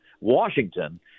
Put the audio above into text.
Washington